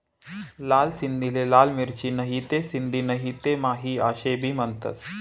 लाल सिंधीले लाल मिरची, नहीते सिंधी नहीते माही आशे भी म्हनतंस